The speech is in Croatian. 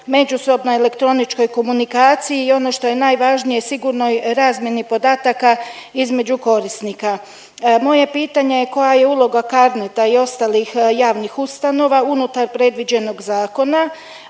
međusobnoj elektroničkoj komunikaciji i ono što je najvažnije sigurnoj razmjeni podataka između korisnika. Moje je pitanje, koja je uloga CRNET-a i ostalih javnih ustanova unutar predviđenog zakona,